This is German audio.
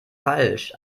falsch